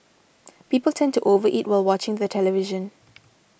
people tend to over eat while watching the television